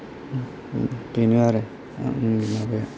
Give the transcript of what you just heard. बेनो आरो आंनि माबाया